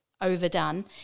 overdone